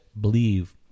believe